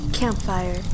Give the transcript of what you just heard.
Campfire